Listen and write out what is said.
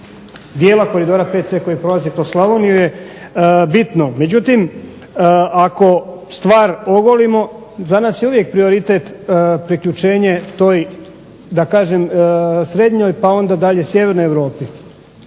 dijela Koridora 5C koji prolazi kroz Slavoniju je bitno. Međutim, ako stvar ogolimo za nas je uvijek prioritet priključenje da kažem toj srednjoj pa onda dalje sjevernoj Europi.